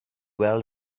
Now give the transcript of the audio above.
weld